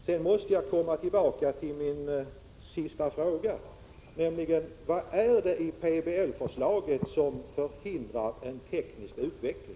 Jag måste komma tillbaka till min sista fråga: Vad är det i PBL-förslaget som förhindrar en teknisk utveckling?